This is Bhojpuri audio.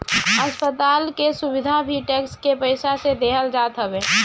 अस्पताल के सुविधा भी टेक्स के पईसा से देहल जात हवे